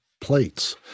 plates